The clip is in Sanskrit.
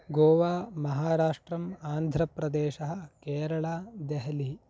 गोवा महाराष्ट्रम् आन्ध्रप्रदेशः केरळा देहलिः